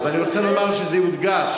אני רוצה לומר שזה יודגש,